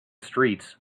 streets